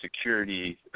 security